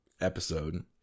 episode